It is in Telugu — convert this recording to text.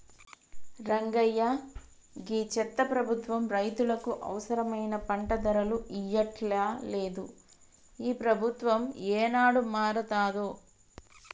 రంగయ్య గీ చెత్త ప్రభుత్వం రైతులకు అవసరమైన పంట ధరలు ఇయ్యట్లలేదు, ఈ ప్రభుత్వం ఏనాడు మారతాదో